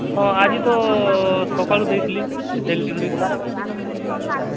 ହଁ ଆଜି ତ ସକାଳୁ ଦେଇଥିଲି ଡେଲିଭରି